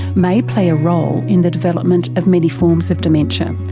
may play a role in the development of many forms of dementia,